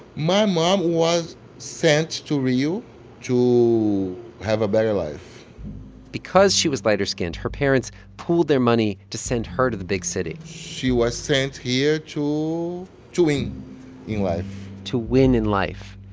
my mom was sent to rio to have a better life because she was lighter-skinned, her parents pooled their money to send her to the big city she was sent here to to win in life to win in life.